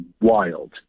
wild